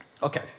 Okay